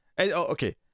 Okay